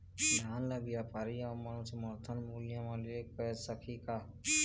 धान ला व्यापारी हमन समर्थन मूल्य म ले सकही का?